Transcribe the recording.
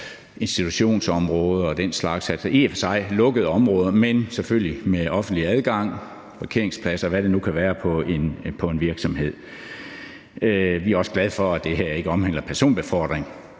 institutionsområder og den slags, altså i og for sig lukkede områder, men selvfølgelig med offentlig adgang, parkeringspladser, eller hvad det nu kan være, på en virksomhed. Vi er også glade for, at det her ikke omhandler personbefordring.